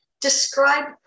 describe